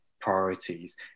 priorities